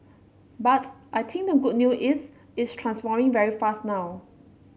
but I think the good new is it's transforming very fast now